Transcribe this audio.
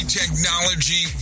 technology